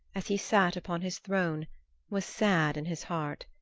as he sat upon his throne was sad in his heart,